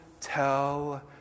tell